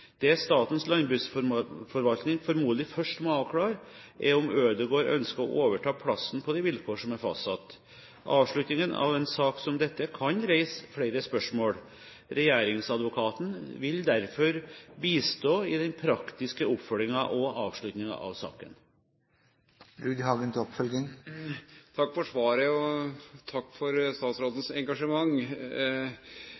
Det Statens landbruksforvaltning formodentlig først må avklare, er om Ødegård ønsker å overta plassen på de vilkår som er fastsatt. Avslutningen av en sak som denne kan reise flere spørsmål. Regjeringsadvokaten vil derfor bistå i den praktiske oppfølgingen og avslutningen av saken. Takk for svaret og takk for statsrådens engasjement. Denne saka har mange aspekt ved seg. Juridisk, som statsråden